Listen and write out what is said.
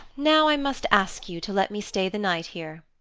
now i must ask you to let me stay the night here.